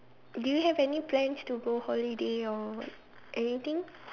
do you have any plans to go holiday or anything